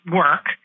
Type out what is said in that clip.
work